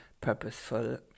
purposeful